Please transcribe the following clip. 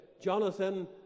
Jonathan